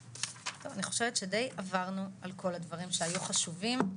אני חושבת שדי עברנו על כל הדברים שהיו חשובים.